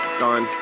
gone